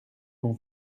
mon